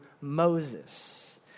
Moses